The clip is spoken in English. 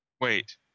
Wait